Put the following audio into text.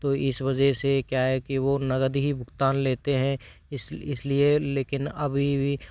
तो इस वजह से क्या है कि वो नगद ही भुगतान लेते हैं इसलिए लेकिन अभी भी